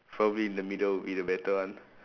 probably in the middle will be the better one